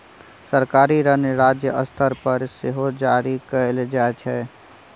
सरकारी ऋण राज्य स्तर पर सेहो जारी कएल जाइ छै